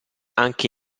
anche